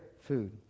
food